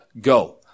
Go